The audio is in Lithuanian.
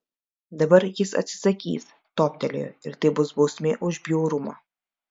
dabar jis atsisakys toptelėjo ir tai bus bausmė už bjaurumą